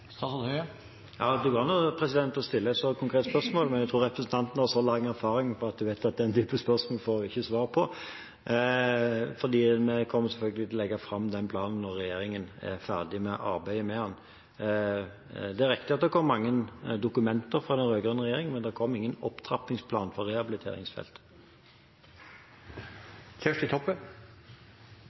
Ja, det går an å stille et så konkret spørsmål, men jeg tror representanten har så lang erfaring at hun vet at den typen spørsmål får hun ikke svar på, fordi en kommer selvfølgelig til å legge fram planen når regjeringen er ferdig med arbeidet med den. Det er riktig at det kom mange dokumenter fra den rød-grønne regjeringen, men det kom ingen opptrappingsplan på rehabiliteringsfeltet.